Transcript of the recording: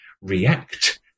react